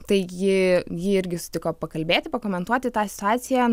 tai ji ji irgi sutiko pakalbėti pakomentuoti tą situaciją